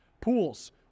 Pools